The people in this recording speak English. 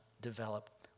develop